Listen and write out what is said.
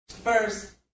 first